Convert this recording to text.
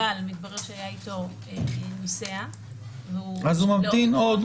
אבל מתברר שהיה איתו נוסע --- אז הוא ממתין עוד.